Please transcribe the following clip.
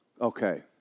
Okay